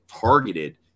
targeted